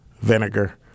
vinegar